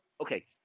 Okay